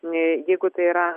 jeigu tai yra na